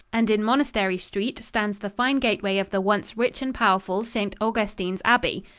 and in monastery street stands the fine gateway of the once rich and powerful st. augustine's abbey.